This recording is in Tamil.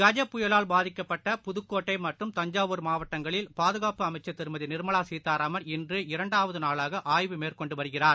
கஜ புயலால் பாதிக்கப்பட்ட புதுக்கோட்டைமற்றும் தஞ்சாவூர் மாவட்டங்களில் பாதுகாப்பு அமைச்சர் திருமதிநிர்மலாசீதாராமன் இன்று இரண்டாவதுநாளாகஆய்வு மேற்கொண்டுவருகிறார்